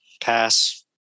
Pass